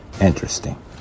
interesting